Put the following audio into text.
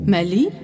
Mali